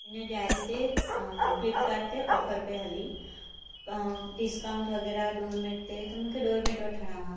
हिन ॾियारी ते अं फ्लिपकार्ट ते ऑफर पेियो हली अं डिस्काउंट वगे़रह डोरमेट ते त मूंखे डोरमेट वठिणा हुआ